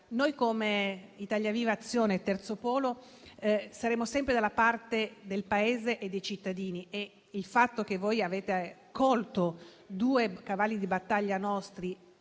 Noi, come Italia Viva e Azione (terzo polo), saremo sempre dalla parte del Paese e dei cittadini. Il fatto che avete colto due nostri cavalli di battaglia ci